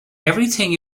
everything